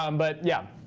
um but yeah.